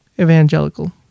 Evangelical